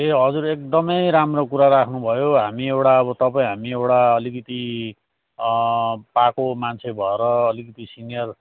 ए हजुर एकदमै राम्रो कुरा राख्नुभयो हामी एउटा अब तपाईँ हामी एउटा अलिकति पाको मान्छे भएर अलिकति सिनियर